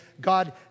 God